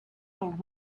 old